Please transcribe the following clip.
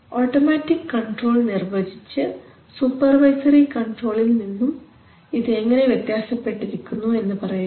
automatic control നിർവചിച്ച് supervisory കൺട്രോളിൽ നിന്നും ഇത് എങ്ങനെ വ്യത്യാസപ്പെട്ടിരിക്കുന്നു എന്ന് പറയുക